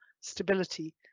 stability